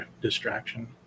distraction